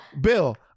Bill